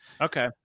okay